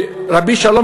רבי שלום